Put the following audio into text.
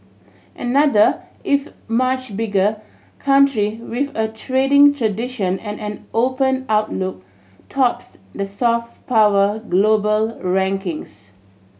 another if much bigger country with a trading tradition and an open outlook tops the soft power global rankings